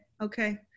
Okay